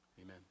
amen